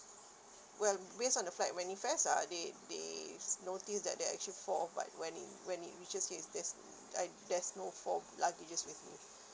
well based on the flight when we ah they they notice that there actually four but when it when it we just there's I there's no four luggages with me